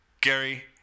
Gary